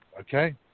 Okay